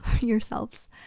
yourselves